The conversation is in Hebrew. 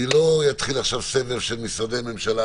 אני לא אתחיל עכשיו סבב של משרדי ממשלה